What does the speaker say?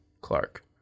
Clark